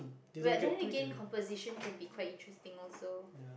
but then again composition can be quite interesting also